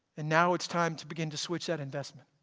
and now it's time to begin to switch that investment.